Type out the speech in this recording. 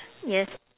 yes